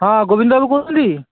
ହଁ ଗୋବିନ୍ଦ ବାବୁ କହୁଛନ୍ତି